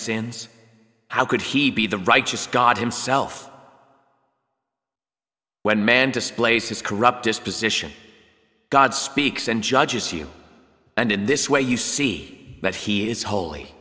sins how could he be the righteous god himself when man displays his corrupt disposition god speaks and judges you and in this way you see that he is holy